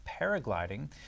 paragliding